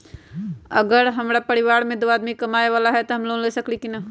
अगर हमरा परिवार में दो आदमी कमाये वाला है त हम लोन ले सकेली की न?